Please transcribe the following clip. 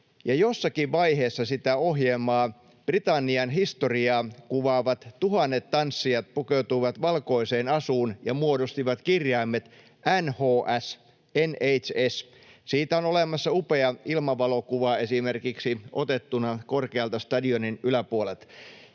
Jossakin vaiheessa sitä ohjelmaa Britannian historiaa kuvaavat tuhannet tanssijat pukeutuivat valkoiseen asuun ja muodostivat kirjaimet NHS. Siitä on olemassa upea ilmavalokuva esimerkiksi otettuna korkealta stadionin yläpuolelta.